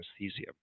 anesthesia